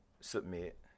submit